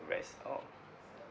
rest of